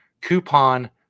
coupon